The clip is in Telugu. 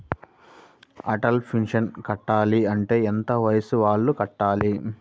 అటల్ పెన్షన్ కట్టాలి అంటే ఎంత వయసు వాళ్ళు కట్టాలి?